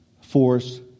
force